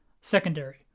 secondary